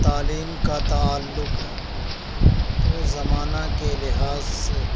تعلیم کا تعلق ہے تو زمانہ کے لحاظ سے